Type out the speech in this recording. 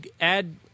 add